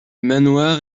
manoir